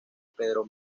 pedro